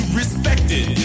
respected